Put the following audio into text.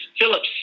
Phillips